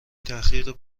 تحقیق